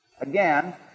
Again